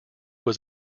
was